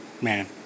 Man